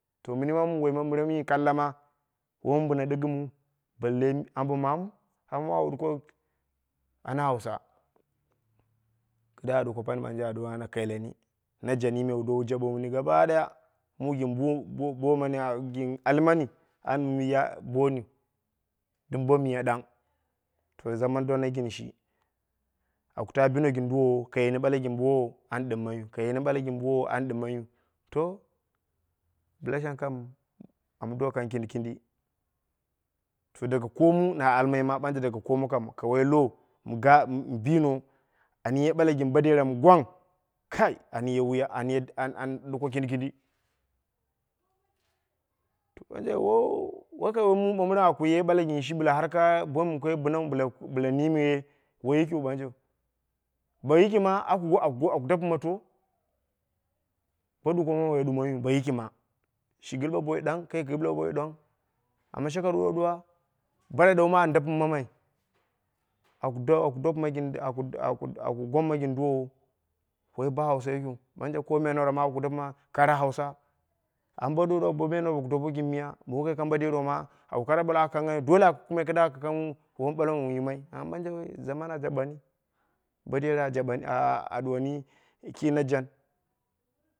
To mini mi wai ɓambiren ni kalla ma min biya diggimwu, balle ambo mamu? Dai au duko ana hausa. Kida duko pani me banje a kaileni najan me wu dow jabe wuni gaɓa ɗaya mu gin bo mani, ali mani, and ye boniu dum bo miya ɗang, to zaman dona gin shi, aku ta bino gin duwowa kai yini ɓala gin bowo wan dimmaiyu, kai yini ɓala gin bowo wan ɗimmaiyu, to bla shang kam am do kang kindi kindi. To daga komu na almai ma, daga komu kam, ka wai lowo mi bino, an ye ɓala gin bo dera mi gwang, kai an ye wuya, an duko kindi kindi. To ɓanje wo kai wai mu ɓambiram aka ye ɓala gin shi bla har ka boi mi woi kai binau bla nine ye, woi yikiu banje. Bo yiki ma aku dapima to? Bo ɗuku mamai woi ɗumoiyu, bo yiki ma. Shi gilwa boi ɗang, kai gilwa boi ɗang. Amma shaka ɗuwa ɗuwa, bo ɗaɗau ma an dapimamai aku dapima aku aku gomma gin duwowo woi bo hausa yikiu, banje ko menwara ma aku dapima kara hausa. Ambo douru au dapima gin miya bo kai kang bo derau ma au koro ɓala wako kanghaiwu, dolee aka kaku mai kida aka kang bala wun yimai. Amma ɓanje zaman a jabe ni. Bo dera a jabeni a duwoni ki najan